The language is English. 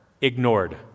ignored